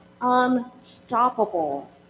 unstoppable